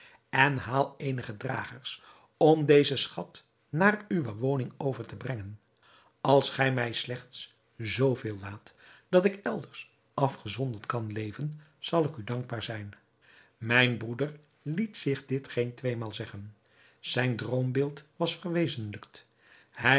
en haal eenige dragers om dezen schat naar uwe woning over te brengen als gij mij slechts zoo veel laat dat ik elders afgezonderd kan leven zal ik u dankbaar zijn mijn broeder liet zich dit geen tweemaal zeggen zijn droombeeld was verwezentlijkt hij